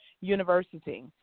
University